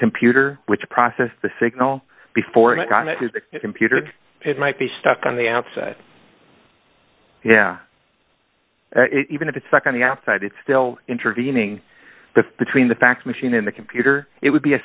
computer which process the signal before it got it is the computer might be stuck on the outside yeah even if it's like on the outside it's still intervening between the fax machine and the computer it would be a